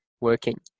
working